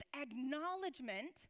acknowledgement